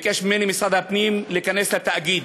ביקש ממני משרד הפנים להיכנס לתאגיד.